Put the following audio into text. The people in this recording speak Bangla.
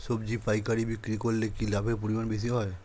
সবজি পাইকারি বিক্রি করলে কি লাভের পরিমাণ বেশি হয়?